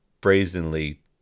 brazenly